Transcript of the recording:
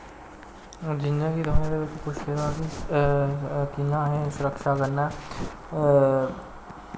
जियां कि तुसें एह्दे बिच्च पुच्छे दा कि कियां असें सुरक्षा कन्नै